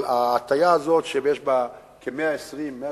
ההטיה הזאת, יש בה 120 130